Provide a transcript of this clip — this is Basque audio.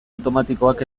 automatikoak